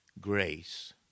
Grace